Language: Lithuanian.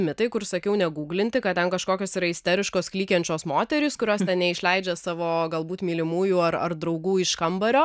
mitai kur sakiau ne guglinti kad ten kažkokios yra isteriškos klykiančios moterys kurios neišleidžia savo galbūt mylimųjų ar ar draugų iš kambario